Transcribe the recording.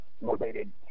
motivated